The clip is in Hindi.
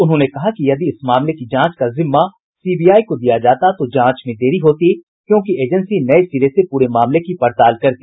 उन्होंने कहा कि यदि इस मामले की जांच का जिम्मा सीबीआई को दिया जाता तो जांच में देरी होती क्योंकि एजेंसी नये सिरे से पूरे मामले की पड़ताल करती